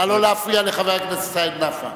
נא לא להפריע לחבר הכנסת סעיד נפאע.